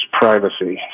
privacy